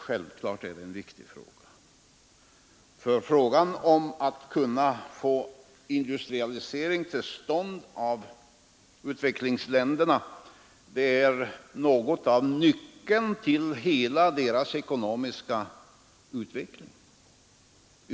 Självklart är den viktig. Att kunna få en industrialisering till stånd i utvecklingsländerna utgör något av en nyckel till hela deras ekonomiska utveckling.